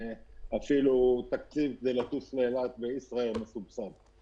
אפילו תקציב כדי לטוס לאילת מסובסד ב"ישראייר".